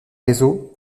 réseau